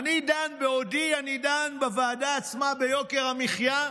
בעודי דן בוועדה עצמה ביוקר המחיה,